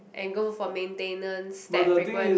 and go for maintenance that frequent